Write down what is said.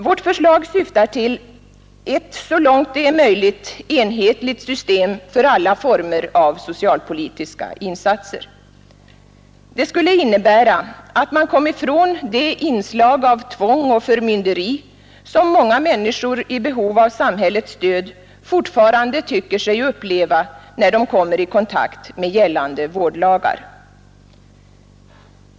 Vårt förslag syftar till ett så långt möjligt enhetligt system för alla former av socialpolitiska insatser. Det skulle innebära att man kom ifrån de inslag av tvång och förmynderi som många människor i behov av samhällets stöd fortfarande tycker sig uppleva när de kommer i kontakt med gällande vårdlagar.